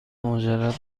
مجرد